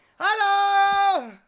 Hello